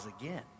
again